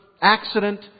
accident